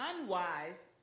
unwise